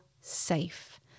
safe